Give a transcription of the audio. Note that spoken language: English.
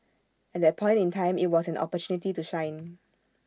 at that point in time IT was an opportunity to shine